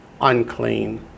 unclean